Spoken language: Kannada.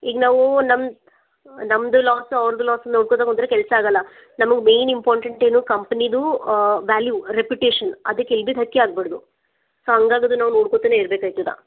ಈಗ ನಾವು ನಮ್ಮ ನಮ್ಮದು ಲಾಸ್ ಅವರದು ಲಾಸ್ ನೋಡ್ಕೋತಾ ಹೋದರೆ ಕೆಲಸ ಆಗೋಲ್ಲ ನಮಗೆ ಮೇಯ್ನ್ ಇಂಪಾರ್ಟೆಂಟ್ ಏನು ಕಂಪ್ನಿದು ವಾಲ್ಯೂ ರೆಪ್ಯುಟೇಶನ್ ಅದಕ್ಕೆ ಇದು ಧಕ್ಕೆ ಆಗ್ಬಾರ್ದು ಹಾಗ್ ಅದನ್ನು ನಾವು ನೋಡ್ಕೋತಾನೆ ಇರ್ಬೇಕಾಗ್ತದ